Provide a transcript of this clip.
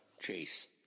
Chase